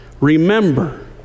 Remember